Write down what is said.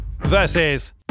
versus